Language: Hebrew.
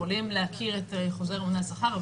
יכולים להכיר את חוזר הממונה על השכר,